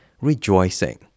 rejoicing